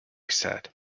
said